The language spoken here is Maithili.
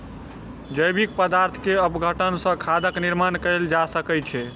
जैविक पदार्थ के अपघटन सॅ खादक निर्माण कयल जा सकै छै